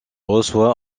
reçoit